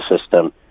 system